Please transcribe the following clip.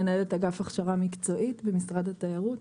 מנהלת אגף הכשרה מקצועית במשרד התיירות.